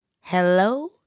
Hello